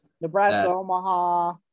Nebraska-Omaha